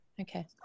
Okay